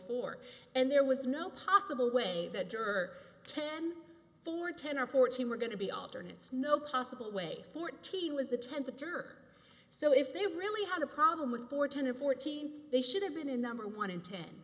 four and there was no possible way that jerk ten for ten or fourteen were going to be alternates no possible way fourteen was the ten to jerk so if they really had a problem with fourteen or fourteen they should have been in number one in ten